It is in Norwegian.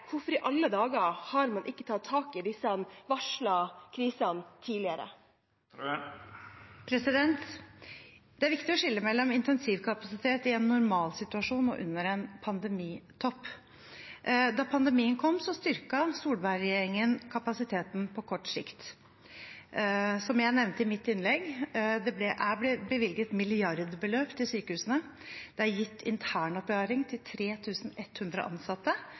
Hvorfor i alle dager har man ikke tatt tak i disse varslede krisene tidligere? Det er viktig å skille mellom intensivkapasitet i en normalsituasjon og under en pandemitopp. Da pandemien kom, styrket Solberg-regjeringen kapasiteten på kort sikt. Som jeg nevnte i mitt innlegg, er det blitt bevilget milliardbeløp til sykehusene. Det er gitt internopplæring til 3 100 ansatte,